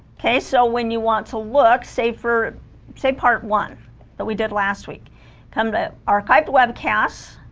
okay so when you want to look safer say part one that we did last week come to archive the webcast